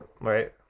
right